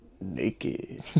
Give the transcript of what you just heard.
naked